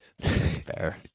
fair